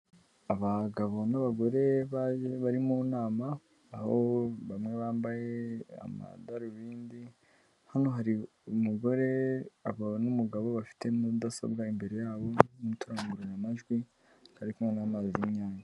Abagabo n'abagore bari mu nama aho bamwe bambaye amadarubindi, hano hari umugore hakaba n'umugabo bafite mudasobwa, imbere yabo n'uturangururamajwi kari kumwe n'amazi y'inyange.